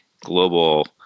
global